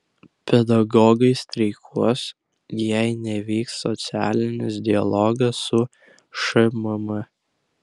pedagogai streikuos jei nevyks socialinis dialogas su šmm